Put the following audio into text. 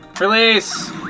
Release